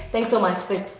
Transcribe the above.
thanks so much, that's